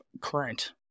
current